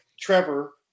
Trevor